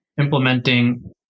implementing